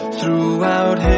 Throughout